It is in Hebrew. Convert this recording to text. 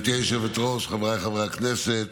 2023,